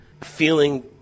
feeling